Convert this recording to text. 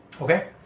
Okay